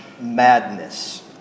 Madness